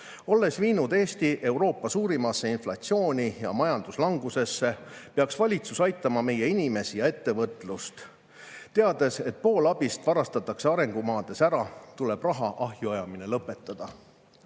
Olles viinud Eesti Euroopa suurimasse inflatsiooni ja majanduslangusesse, peaks valitsus aitama meie inimesi ja ettevõtlust. Teades, et pool abist varastatakse arengumaades ära, tuleb raha ahju ajamine lõpetada. Kokku